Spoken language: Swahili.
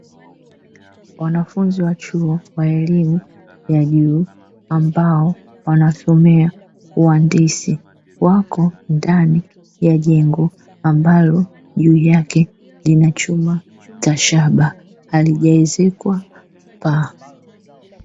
Wanafunzi wa chuo wa elimu ya juu, ambao wanasomea uhandisi wako ndani ya jengo ambalo juu yake lina chuma cha shaba halijawezekwa paa.